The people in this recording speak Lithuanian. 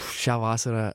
šią vasarą